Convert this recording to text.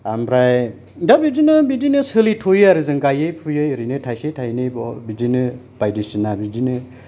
ओमफ्राय दा बिदिनो बिदिनो सोलिथ'यो आरो जों गायो फुयो ओरैनो थाइसे थाइनै बिदिनो बायदिसिना बिदिनो